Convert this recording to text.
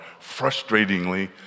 frustratingly